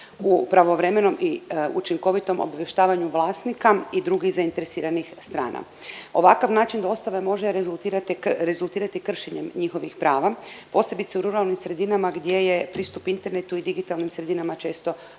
u pravovremenom i učinkovitom obavještavanju vlasnika i drugih zainteresiranih strana. Ovakav način dostave može rezultirati kršenjem njihovih prava, posebice u ruralnim sredinama gdje je pristup internetu i digitalnim sredinama često